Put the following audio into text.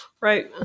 Right